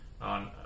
on